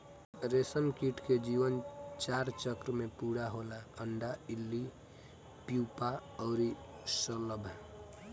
रेशमकीट के जीवन चार चक्र में पूरा होला अंडा, इल्ली, प्यूपा अउरी शलभ